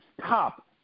top